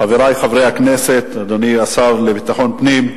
חברי חברי הכנסת, אדוני השר לביטחון פנים,